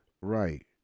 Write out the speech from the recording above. Right